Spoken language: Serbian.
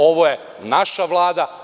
Ovo je naša Vlada.